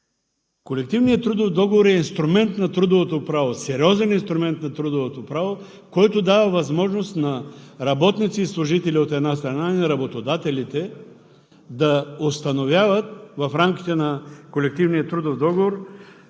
колективният трудов договор е инструмент на трудовото право – сериозен инструмент на трудовото право, който дава възможност на работниците и служителите, от една страна, и на работодателите да установяват в рамките на колективния трудов договор